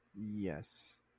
Yes